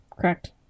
correct